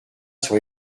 sur